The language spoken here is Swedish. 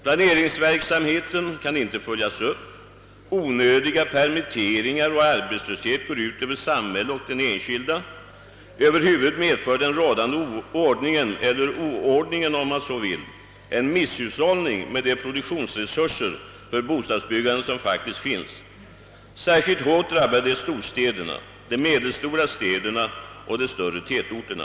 Planeringsverksamheten kan inte följas upp, onödiga permitteringar och arbetslöshet går ut över samhället och den enskilde. Över huvud taget medför den rådande ordningen — eller oordningen om man så vill — en misshushållning med de produktionsresurser för bostadsbyggandet som faktiskt föreligger. Särskilt hårt drabbar detta storstäderna, de medelstora städerna och de större tätorterna.